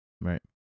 Right